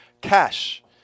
Cash